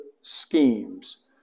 schemes